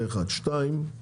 בנוסף,